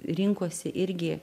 rinkosi irgi